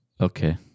Okay